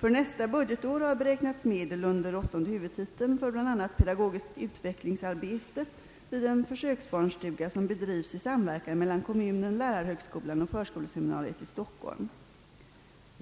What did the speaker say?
För nästa budgetår har beräknats medel under åttonde huvudtiteln för bl.a. pedagogiskt utvecklingsarbete vid en försöksbarnstuga som drivs i samverkan mellan kommunen, lärarhögskolan och förskoleseminariet i Stockholm.